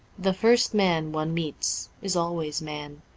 the first man one meets is always man.